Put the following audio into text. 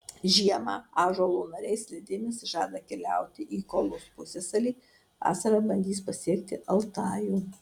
žiemą ąžuolo nariai slidėmis žada keliauti į kolos pusiasalį vasarą bandys pasiekti altajų